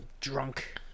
drunk